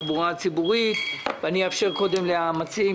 התחבורה הציבורית אני אאפשר קודם למציעים,